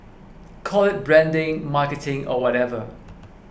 call it branding marketing or whatever